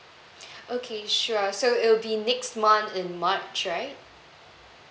okay sure so it'll be next month in march right